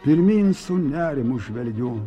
pirmyn su nerimu žvelgiu